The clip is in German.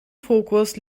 fokus